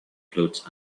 floats